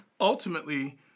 ultimately